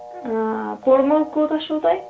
پوٚرمُت کوٗتاہ چھُ تۄہہِ